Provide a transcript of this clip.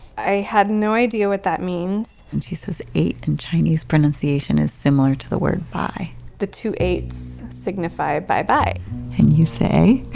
i had no idea what that means and she says, eight in chinese pronunciation is similar to the word bye the two eights signify bye-bye and you say.